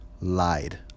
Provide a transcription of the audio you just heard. lied